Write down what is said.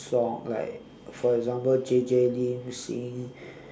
song like for example J J lin singing